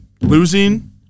Losing